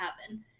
happen